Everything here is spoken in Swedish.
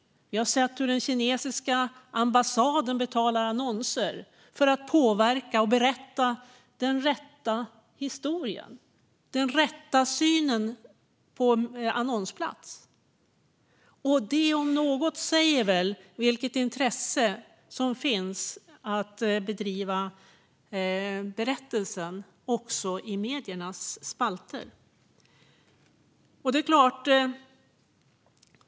Vi har sett hur den kinesiska ambassaden betalar annonser för att påverka och berätta den rätta historien, den rätta synen, på annonsplats. Det, om något, säger väl vilket intresse som finns att driva berättelsen också i mediernas spalter.